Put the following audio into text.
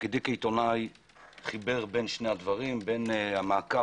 ותפקידי כעיתונאי חיבר בין שני הדברים בין המעקב